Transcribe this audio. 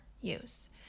use